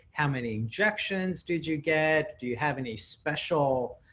how many injections did you get? do you have any special,